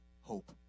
hope